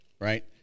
right